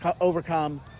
overcome